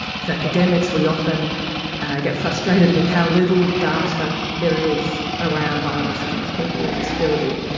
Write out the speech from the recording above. as academics we often get frustrated with how little data there is around violence against people with disability.